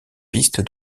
piste